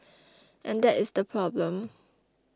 and that is the problem